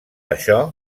això